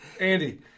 Andy